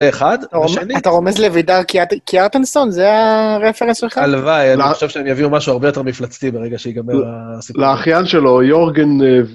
אחד אתה רומז לוידאר קיארטנסון זה הרפרנס שלך? אלווי אני חושב שהם יביאו משהו הרבה יותר מפלצתי ברגע שיגמר הסיפור. לאחיין שלו יורגן...